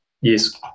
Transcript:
Yes